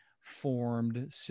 formed